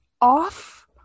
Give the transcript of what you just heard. off